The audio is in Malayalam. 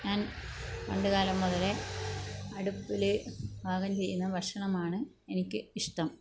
ഞാൻ പണ്ട് കാലം മുതലേ അടുപ്പിൽ പാകം ചെയ്യുന്ന ഭക്ഷണമാണ് എനിക്ക് ഇഷ്ടം